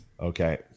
Okay